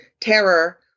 terror